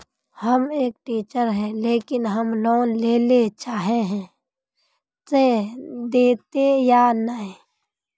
हम एक टीचर है लेकिन हम लोन लेले चाहे है ते देते या नय?